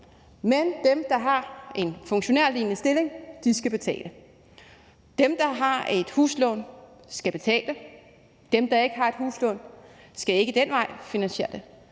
men dem, der har en funktionærlignende stilling, skal betale. Dem, der har et huslån, skal betale, mens dem, der ikke har et huslån, ikke skal finansiere det